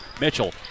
Mitchell